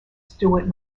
stewart